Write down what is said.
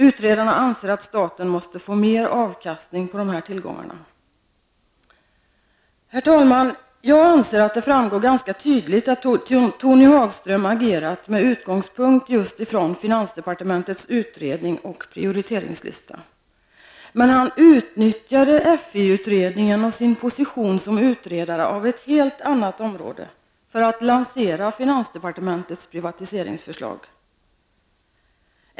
Utredarna anser att staten måste få mer avkastning på dessa tillgångar. Herr talman! Jag anser att det framgår ganska tydligt att Tony Hagström agerat med utgångspunkt just i finansdepartementets utredning och prioriteringslista. Men han utnyttjade: FI utredningen och sin position som utredare av ett helt annat område för att lansera finansdepartementets privatiseringsförslag.